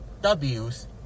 W's